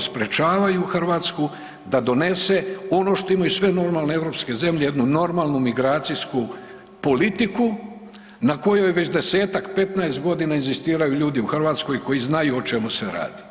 sprečavaju Hrvatsku da donese ono što imaju normalne europske zemlje jednu normalnu migracijsku politiku na koju već desetak, petnaest godina inzistiraju ljudi u Hrvatskoj koji znaju o čemu se radi.